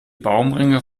baumringe